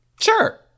Sure